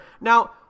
Now